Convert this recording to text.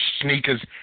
sneakers